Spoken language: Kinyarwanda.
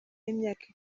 y’imyaka